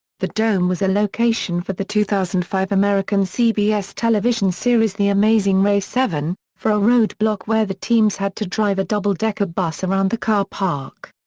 the dome was a location for the two thousand and five american cbs television series the amazing race seven, for a roadblock where the teams had to drive a double-decker bus around the car park.